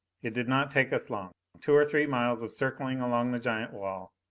it did not take us long two or three miles of circling along the giant wall.